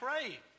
pray